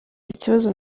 kibazo